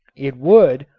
it would,